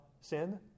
sin